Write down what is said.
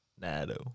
NATO